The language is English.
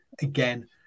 again